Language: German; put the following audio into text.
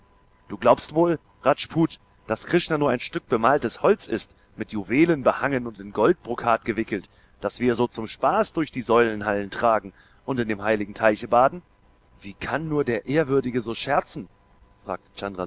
du glaubst wohl rajput daß krishna nur ein stück bemaltes holz ist mit juwelen behangen und in goldbrokat gewickelt das wir so zum spaß durch die säulenhallen tragen und in dem heiligen teiche baden wie kann nur der ehrwürdige so scherzen